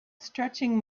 stretching